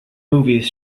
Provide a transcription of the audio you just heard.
movies